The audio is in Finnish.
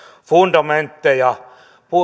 fundamentteja